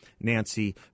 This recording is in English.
Nancy